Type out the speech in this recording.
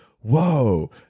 whoa